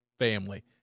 family